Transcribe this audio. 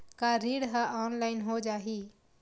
का ऋण ह ऑनलाइन हो जाही?